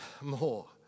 more